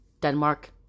Denmark